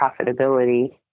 profitability